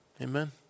Amen